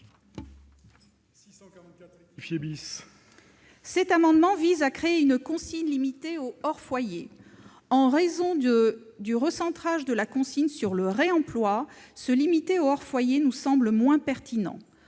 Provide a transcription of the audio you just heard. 644 rectifié vise à créer une consigne limitée au hors foyer. En raison du recentrage de la consigne sur le réemploi, se limiter au hors foyer nous semble moins pertinent.